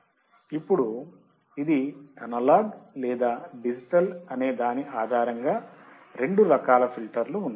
ఇప్పుడు ఇది అనలాగ్ లేదా డిజిటల్ అనే దాని ఆధారంగా రెండు రకాల ఫిల్టర్ లు ఉన్నాయి